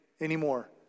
anymore